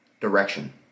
direction